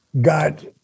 got